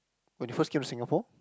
when you first came to Singapore